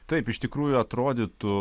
taip iš tikrųjų atrodytų